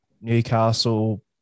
Newcastle